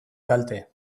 kalte